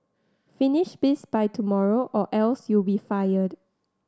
finish this by tomorrow or else you'll be fired